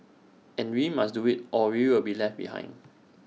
and we must do IT or we'll be left behind